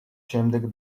შემდეგ